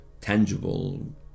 tangible